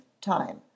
time